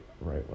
Right